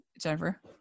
Jennifer